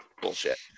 bullshit